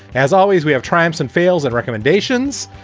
as always, we have tried and fails and recommendations.